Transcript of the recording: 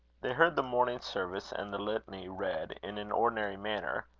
they heard the morning service and the litany read in an ordinary manner,